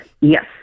yes